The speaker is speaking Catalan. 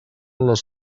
les